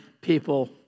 people